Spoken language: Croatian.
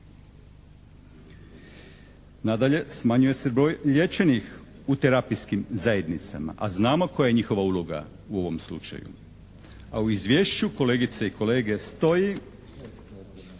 Nadalje, smanjuje se broj liječenih u terapijskim zajednicama, a znamo koja je njihova uloga u ovom slučaju, a u izvješću kolegice i kolege stoji